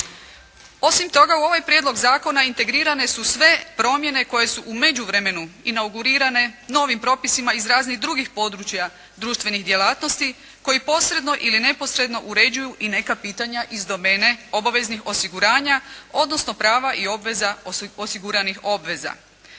Osim toga u ovaj prijedlog zakona integrirane su sve promjene koje su u međuvremenu inaugurirane novim propisima iz raznih drugih područja društvenih djelatnosti, koji posredno i neposredno uređuju i neka pitanja iz domene obaveznih osiguranja, odnosno prava i obveza osiguranih obveza.